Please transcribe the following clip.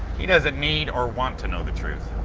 he doesn't need or want to know the truth.